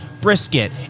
brisket